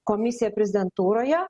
komisiją prezidentūroje